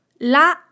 La